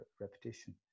repetition